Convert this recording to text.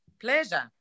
Pleasure